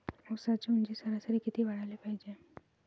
ऊसाची ऊंची सरासरी किती वाढाले पायजे?